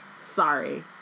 Sorry